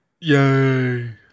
Yay